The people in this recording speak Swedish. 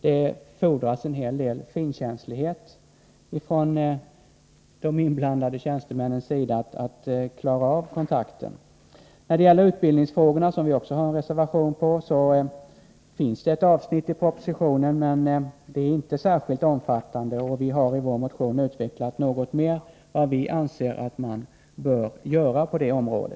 Det fordras en hel del finkänslighet från de inblandade tjänstemännens sida för att klara av kontakterna. När det gäller utbildningsfrågorna har vi fogat en reservation till betänkandet. Det finns ett avsnitt om detta i propositionen, men det är inte omfattande, och vi har i vår motion utvecklat något mer vad vi anser att man bör göra på detta område.